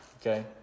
okay